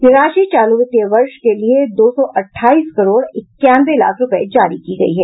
यह राशि चालू वित्तीय वर्ष के लिए दो सौ अठाईस करोड़ इक्यानवे लाख रूपये जारी की गयी है